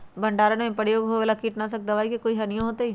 भंडारण में प्रयोग होए वाला किट नाशक दवा से कोई हानियों होतै?